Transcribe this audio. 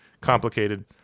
complicated